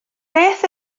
beth